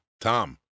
tom